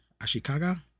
Ashikaga